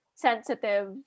sensitive